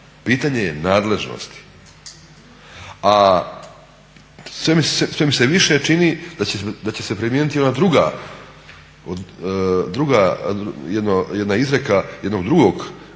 pitanje je nadležnosti. A sve mi se više čini da će se primijeniti ona druga izreka jednog drugog